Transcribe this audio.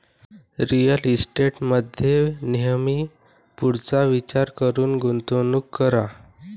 real इस्टेटमध्ये नेहमी पुढचा विचार करून गुंतवणूक करा